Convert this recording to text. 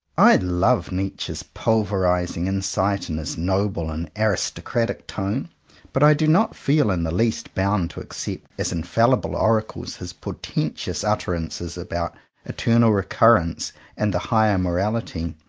i love nietzsche's pulverizing in sight and his noble and aristocratic tone but i do not feel in the least bound to accept as infallible oracles his portentous utter ances about eternal recurrence and the higher morality.